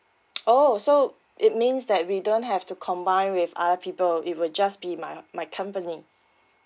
oh so also it means that we don't have to combine with other people it would just be my uh my company